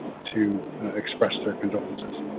to express their condolences.